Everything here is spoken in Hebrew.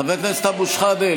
חבר הכנסת אבו שחאדה,